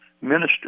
minister